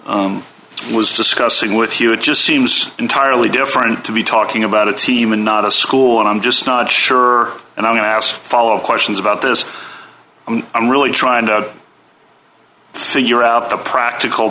i was discussing with you it just seems entirely different to be talking about a team and not a school and i'm just not sure and i'm going to ask follow up questions about this and i'm really trying to figure out the practical